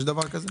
יש דבר כזה?